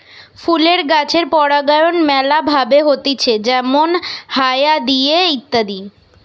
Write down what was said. ফলের গাছের পরাগায়ন ম্যালা ভাবে হতিছে যেমল হায়া দিয়ে ইত্যাদি